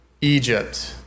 Egypt